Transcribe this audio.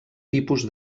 tipus